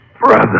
brother